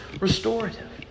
restorative